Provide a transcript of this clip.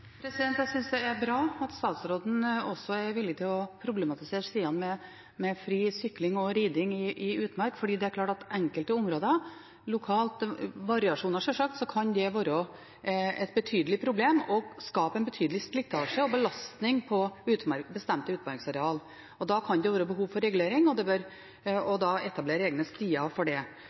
Jeg synes det er bra at statsråden også er villig til å problematisere stiene med fri sykling og riding i utmark, for det er klart at i enkelte områder, med lokale variasjoner, sjølsagt, kan det være et betydelig problem og skape en betydelig slitasje og belastning på bestemte utmarksareal. Da kan det være behov for regulering, og det bør etableres egne stier for det.